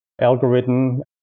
algorithm